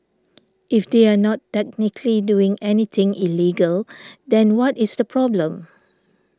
if they are not technically doing anything illegal then what is the problem